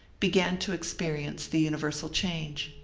began to experience the universal change.